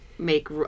Make